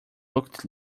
looked